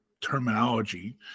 terminology